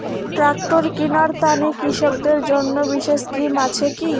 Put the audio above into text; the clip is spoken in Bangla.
ট্রাক্টর কিনার তানে কৃষকদের জন্য বিশেষ স্কিম আছি কি?